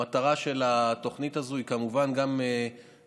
המטרה של התוכנית הזאת היא כמובן גם למנוע